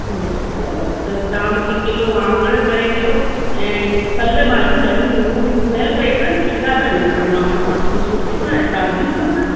अच्छा त तव्हां मूंखे किलो वाङण करे ॾियो ऐं काल्ह भाॼियूं ॾाढियूं हू हुयूं स्मेल पई कनि कीड़ा पिया निकिरनि वाङणनि मां थोरी सुठियूं ऐं ताज़ियूं ॾियो न